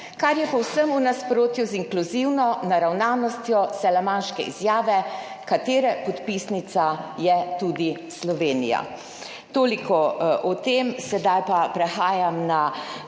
kar je povsem v nasprotju z inkluzivno naravnanostjo Salamanške izjave, katere podpisnica je tudi Slovenija. Toliko o tem. Sedaj pa prehajam na